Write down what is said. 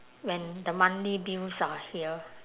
when the monthly bills are here